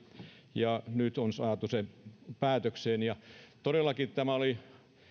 ja nyt on saatu se päätökseen todellakin tämä oli